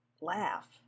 laugh